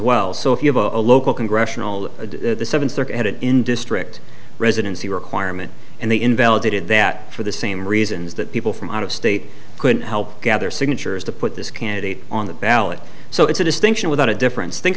well so if you have a local congressional the seventh circuit in district residency requirement and the invalidated that for the same reasons that people from out of state could help gather signatures to put this candidate on the ballot so it's a distinction without a difference think